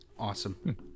Awesome